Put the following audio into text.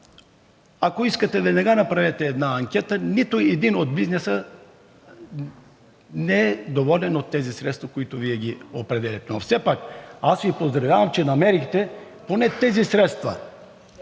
ако искате веднага направете една анкета – нито един от бизнеса не е доволен от тези средства, които определяте. Но все пак Ви поздравявам, че намерихте поне тези средства!